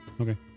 Okay